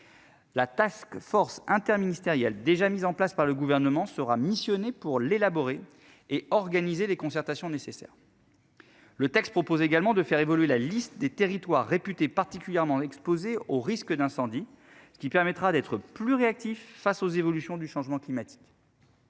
La task force interministérielle déjà mises en place par le gouvernement sera missionné pour l'élaborer et organiser les concertations nécessaires. Le texte propose également de faire évoluer la liste des territoires réputé particulièrement exposés aux risques d'incendie. Ce qui permettra d'être plus réactifs face aux évolutions du changement climatique.